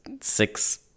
six